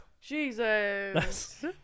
Jesus